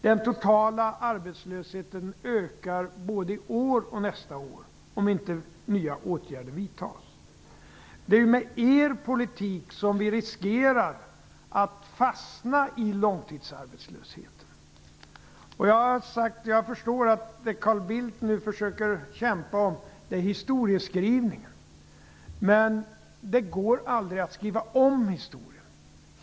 Den totala arbetslösheten ökar både i år och nästa år, om inte nya åtgärder vidtas. Det är med er politik som vi riskerar att fastna i långtidsarbetslöshet. Jag förstår att Carl Bildt nu försöker kämpa om historieskrivningen, men det går aldrig att skriva om historien.